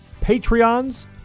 Patreons